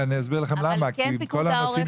-- ואני אסביר לכם למה: כל הנושאים